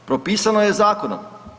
Propisano je zakonom.